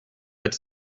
but